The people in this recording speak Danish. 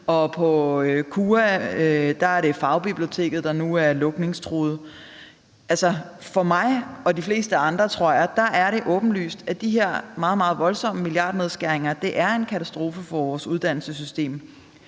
På KUA er det fagbiblioteket, der nu er lukningstruet. For mig og de fleste andre, tror jeg, er det åbenlyst, at de her meget, meget voldsomme milliardnedskæringer er en katastrofe for vores uddannelsessystem.